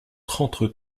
trente